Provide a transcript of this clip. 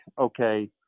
okay